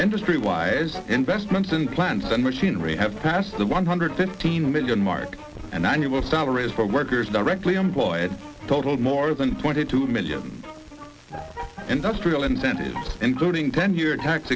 industry wise investments in plants and machinery have passed the one hundred fifteen million mark and annual salaries for workers directly employed totaled more than twenty two million industrial incentives including ten year tax